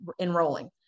enrolling